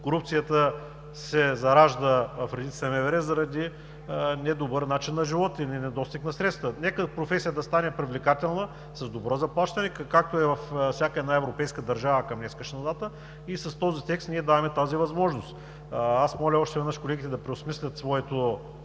корупцията се заражда в редиците на МВР, заради недобър начин на живот или недостиг на средства. Нека професията да стане привлекателна, с добро заплащане, както е във всяка една европейска държава към днешна дата. С този текст ние даваме тази възможност. Моля още веднъж колегите да преосмислят своето